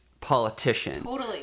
Politician